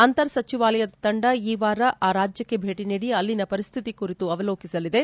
ಅಂತರ್ ಸಚಿವಾಲಯದ ತಂಡ ಈ ವಾರ ಆ ರಾಜ್ಯಕ್ಕೆ ಭೇಟಿ ನೀಡಿ ಅಲ್ಲಿನ ಪರಿಸ್ಥಿತಿ ಕುರಿತು ಅವಲೋಕಿಸಲಿದೆ